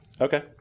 Okay